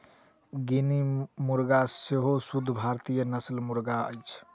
guinea मुर्गा सेहो शुद्ध भारतीय नस्लक मुर्गा अछि